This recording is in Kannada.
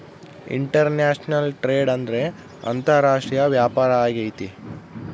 ಇಂಟರ್ನ್ಯಾಷನಲ್ ಟ್ರೇಡ್ ಅಂದ್ರೆ ಅಂತಾರಾಷ್ಟ್ರೀಯ ವ್ಯಾಪಾರ ಆಗೈತೆ